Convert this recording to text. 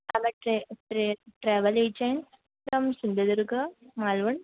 tray tra travel agent from Sindhudurg Malvan